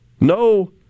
No